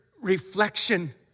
reflection